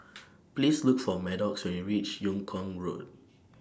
Please Look For Maddox when YOU REACH Yung Kuang Road